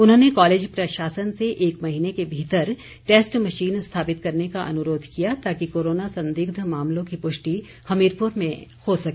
उन्होंने कॉलेज प्रशासन से एक महीने के भीतर टैस्ट मशीन स्थापित करने का अनुरोध किया ताकि कोरोना संदिग्ध मामलों की पुष्टि हमीरपुर में हो सके